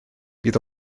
bydd